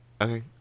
Okay